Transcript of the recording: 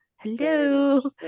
hello